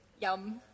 yum